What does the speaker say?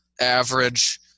average –